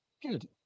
Good